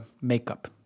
makeup